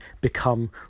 become